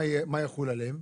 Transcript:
מה יחול עליהן?